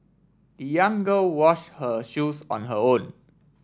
the young girl washed her shoes on her own